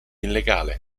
illegale